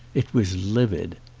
it was livid.